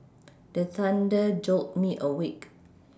the thunder jolt me awake